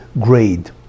grade